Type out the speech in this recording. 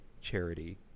charity